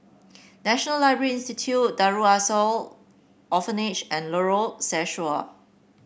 National Library Institute Darul Ihsan Orphanage and Lorong Sesuai